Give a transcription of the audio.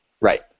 Right